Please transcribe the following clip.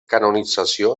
canonització